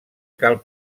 cal